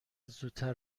زودتر